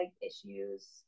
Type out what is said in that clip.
issues